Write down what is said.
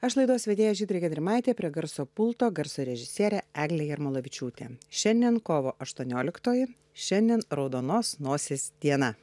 aš laidos vedėja žydrė gedrimaitė prie garso pulto garso režisierė eglė jarmolavičiūtė šiandien kovo aštuonioliktoji šiandien raudonos nosies diena